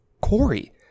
Corey